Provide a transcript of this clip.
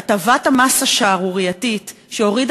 ב"כלכליסט" שהטבת המס השערורייתית שהורידה